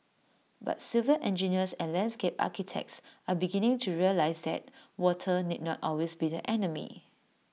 but civil engineers and landscape architects are beginning to realise that water need not always be the enemy